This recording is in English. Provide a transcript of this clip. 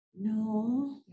No